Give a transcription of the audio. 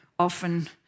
often